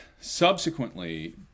subsequently